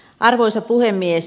arvoisa puhemies